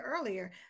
earlier